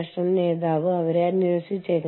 ലൊക്കേഷനുകൾക്കിടയിൽ പരമാവധി അറിവും അനുഭവ കൈമാറ്റവും